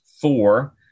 four